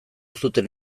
zuten